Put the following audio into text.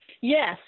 Yes